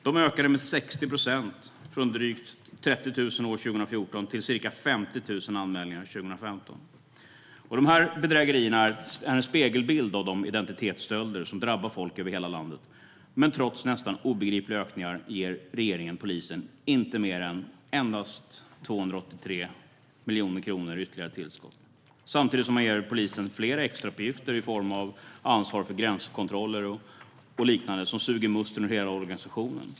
De ökade med 60 procent från drygt 30 000 år 2014 till ca 50 000 anmälningar år 2015. De här bedrägerierna är en spegelbild av de identitetsstölder som drabbar folk över hela landet, men trots nästan obegripliga ökningar ger regeringen inte mer än 283 miljoner kronor till polisen i ytterligare tillskott. Samtidigt ger man polisen fler extrauppgifter i form av ansvar för gränskontroller och liknande som suger musten ur hela organisationen.